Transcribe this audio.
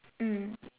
mm